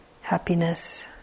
happiness